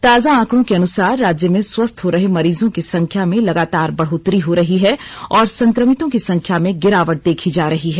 ताजा आंकड़ों के अनुसार राज्य में स्वस्थ हो रहे मरीजों की संख्या में लगातार बढ़ोतरी हो रही है और संक्रमितों की संख्या में गिरावट देखी जा रही है